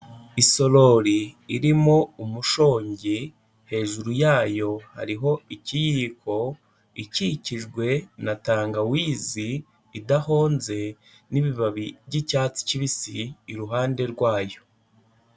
Isorori irimo umushongi, hejuru yayo hariho ikiyiko, ikikijwe na tangawizi idahonze n'ibibabi by'icyatsi kibisi iruhande rwayo.